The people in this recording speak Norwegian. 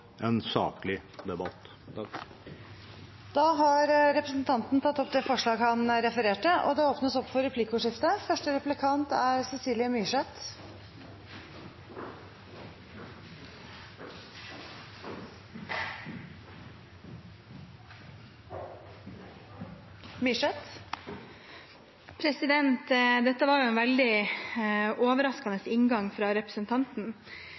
en saklig debatt. Representanten Morten Ørsal Johansen har tatt opp det forslaget han refererte til. Det blir replikkordskifte. Dette var en veldig overraskende inngang fra representanten.